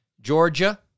Georgia